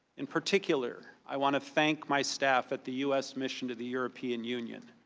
in particular i want to think my staff at the u s. mission to the european union.